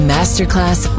Masterclass